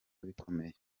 bikomeye